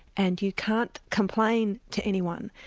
and you can't complain to anyone.